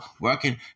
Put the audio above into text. working